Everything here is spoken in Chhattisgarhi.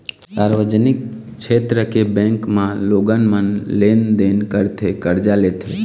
सार्वजनिक छेत्र के बेंक म लोगन मन लेन देन करथे, करजा लेथे